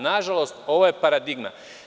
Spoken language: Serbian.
Nažalost, ovo je paradigma.